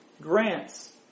grants